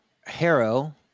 Harrow